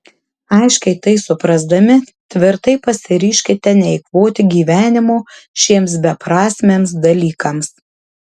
aiškiai tai suprasdami tvirtai pasiryžkite neeikvoti gyvenimo šiems beprasmiams dalykams